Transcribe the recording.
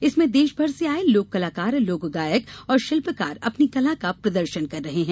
इसमें देश भर से आये लोक कलाकार लोक गायक और शिल्पकार अपनी कला का प्रदर्शन कर रहे हैं